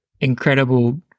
incredible